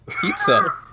pizza